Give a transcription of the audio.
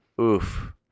Oof